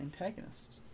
antagonists